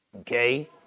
okay